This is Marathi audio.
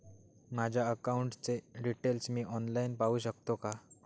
माझ्या अकाउंटचे डिटेल्स मी ऑनलाईन पाहू शकतो का?